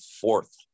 fourth